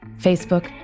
Facebook